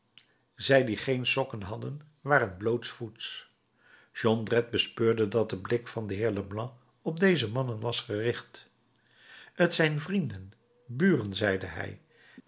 zij die geen sokken hadden waren blootsvoets jondrette bespeurde dat de blik van den heer leblanc op deze mannen was gericht t zijn vrienden buren zeide hij